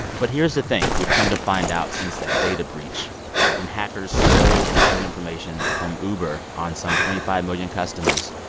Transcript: but here's the thing we've come to find out since that data breach when hackers stole private information from uber on some twenty five million customers,